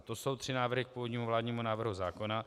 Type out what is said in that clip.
To jsou tři návrhy k původnímu vládnímu návrhu zákona.